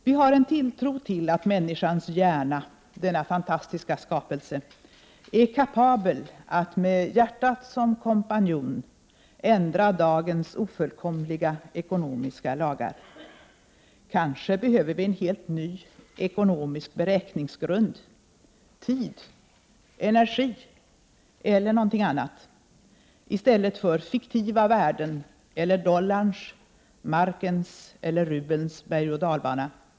Vi har en tilltro till att människans hjärna, denna fantastiska skapelse, är kapabel att med hjärtat som kompanjon ändra dagens ofullkomliga ekonomiska lagar. Kanske behöver vi en helt ny ekonomisk beräkningsgrund -— tid, energi eller något annat — i stället för fiktiva värden eller dollarns, markens eller rubelns bergoch dalbana.